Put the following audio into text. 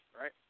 right